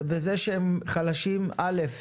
ובזה שהם חלשים, א',